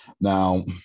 now